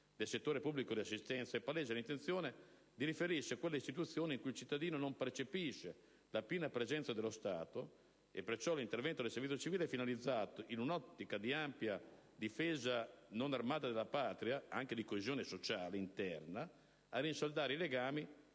del settore pubblico di assistenza ai meno fortunati, è palese l'intenzione di riferirsi a quelle situazioni in cui il cittadino non percepisce la piena presenza dello Stato, e perciò l'intervento del servizio civile è finalizzato, in un'ottica ampia di difesa non armata della Patria e anche di coesione sociale interna, a rinsaldare i legami